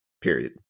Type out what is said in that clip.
Period